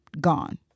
gone